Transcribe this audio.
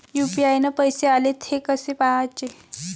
UPI न पैसे आले, थे कसे पाहाचे?